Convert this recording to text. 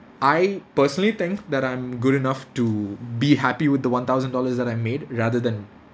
I personally think that I'm good enough to be happy with the one thousand dollars that I made rather than